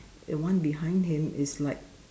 the one behind him is like